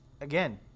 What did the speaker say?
Again